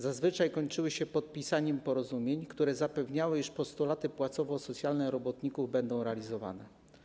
Zazwyczaj kończyły się podpisaniem porozumień, które zapewniały, iż postulaty płacowo-socjalne robotników będą realizowane.